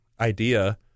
idea